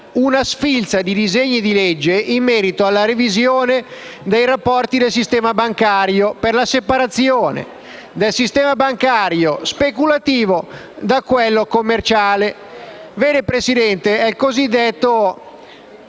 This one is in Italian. una sfilza di disegni di legge in merito alla revisione dei rapporti del sistema bancario, per la separazione del sistema bancario speculativo da quello commerciale. Vede, signor Presidente, è il cosiddetto